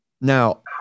now